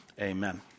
Amen